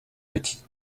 petits